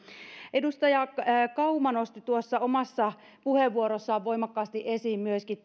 edustaja kauma nosti tuossa omassa puheenvuorossaan voimakkaasti esiin myöskin